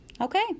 Okay